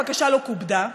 הבקשה לא כובדה,